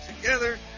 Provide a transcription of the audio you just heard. Together